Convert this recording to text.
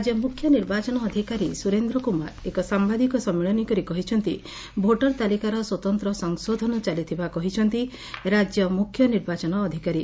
ରାଜ୍ୟ ମୁଖ୍ୟ ନିର୍ବାଚନ ଅଧିକାରୀ ସୁରେନ୍ଦ କୁମାର ଏକ ସାମ୍ବାଦିକ ସମ୍ବିଳନୀ କରି କହିଛନ୍ତି ଭୋଟର ତାଲିକାର ସ୍ୱତନ୍ତ ସଂଶୋଧନ ଚାଲିଥିବା କହିଛନ୍ତି ରାଜ୍ୟ ମୁଖ୍ୟ ନିର୍ବାଚନ ଅଧିକାରୀ